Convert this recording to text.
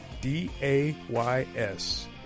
D-A-Y-S